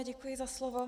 Děkuji za slovo.